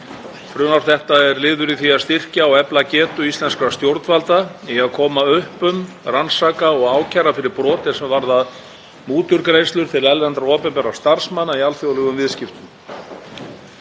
Frumvarp þetta er liður í því að styrkja og efla getu íslenskra stjórnvalda í að koma upp um, rannsaka og ákæra fyrir brot er varða mútugreiðslur til erlendra opinberra starfsmanna í alþjóðlegum viðskiptum.